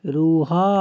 ରୁହ